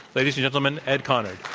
ladies and gentlemen, ed conard.